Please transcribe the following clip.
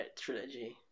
trilogy